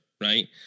Right